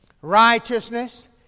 righteousness